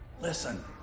listen